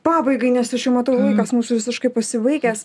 pabaigai nes aš jau matau laikas mūsų visiškai pasibaigęs